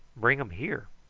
bring um here.